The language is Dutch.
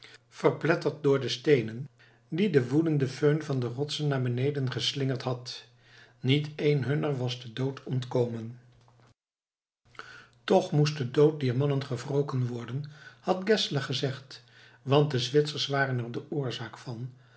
verpletterd door de steenen die de woedende föhn van de rotsen naar beneden geslingerd had niet één hunner was den dood ontkomen toch moest de dood dier mannen gewroken worden had geszler gezegd want de zwitsers waren er de oorzaak van